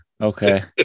okay